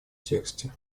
тексте